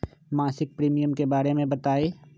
मासिक प्रीमियम के बारे मे बताई?